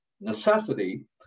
necessity